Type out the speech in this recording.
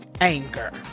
anger